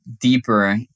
deeper